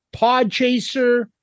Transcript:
Podchaser